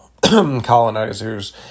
colonizers